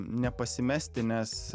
nepasimesti nes